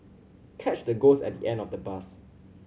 catch the ghost at the end of the bus